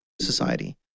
society